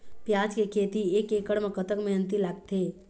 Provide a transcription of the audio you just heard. प्याज के खेती एक एकड़ म कतक मेहनती लागथे?